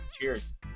Cheers